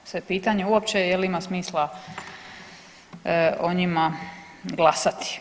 Sad je pitanje uopće je li ima smisla o njima glasati?